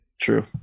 True